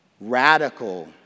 radical